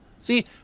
See